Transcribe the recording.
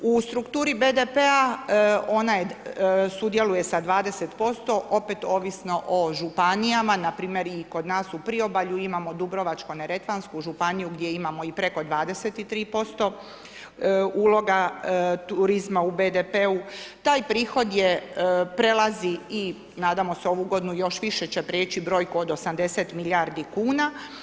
U strukturi BDP-a ona sudjeluje sa 20% opet ovisno o županijama, npr. i kod nas u priobalju imamo dubrovačko-neretvansku županiju gdje imamo i preko 23% uloga turizma u BDP-u. taj prihod prelazi, nadamo se i ovu godinu još više će preći brojku od 80 milijardi kuna.